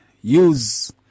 use